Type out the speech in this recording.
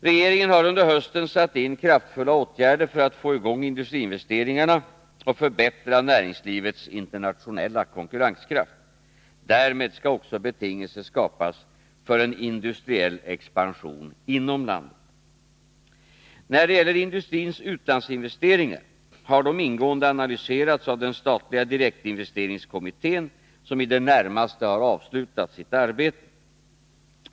Regeringen har under hösten satt in kraftfulla åtgärder för att få i gång industriinvesteringarna och förbättra näringslivets internationella konkurrenskraft. Därmed skall också betingelser skapas för en industriell expansion inom landet. När det gäller industrins utlandsinvesteringar har de ingående analyserats av den statliga direktinvesteringskommittén som i det närmaste har avslutat sitt arbete.